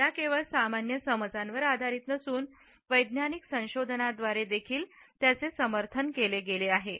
या केवळ सामान्य समजांवर आधारित नसून वैज्ञानिक संशोधनाद्वारे देखील त्याचे समर्थन केले गेले आहे